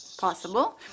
possible